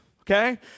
okay